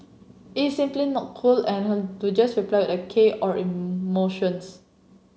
it's simply not cool and to just reply a k or emoticons